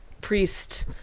priest